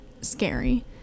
scary